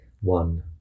one